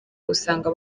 usanga